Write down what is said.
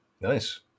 Nice